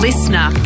Listener